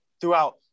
throughout